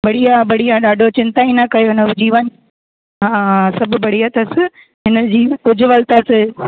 बढ़िया बढ़िया ॾाढो चिंता ई न कयो हुन जो जीवन हा सभु बढ़िया अथसि हिन जी उज्जवलता ते